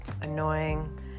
annoying